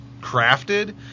crafted